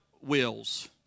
wills